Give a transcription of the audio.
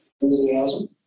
Enthusiasm